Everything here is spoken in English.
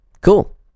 Cool